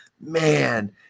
man